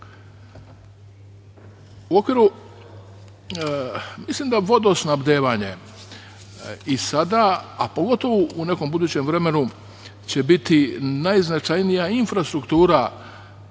te opštine. Mislim da vodosnabdevanje i sada, a pogotovo u nekom budućem vremenu će biti najznačajnija infrastruktura